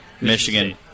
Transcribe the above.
Michigan